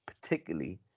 particularly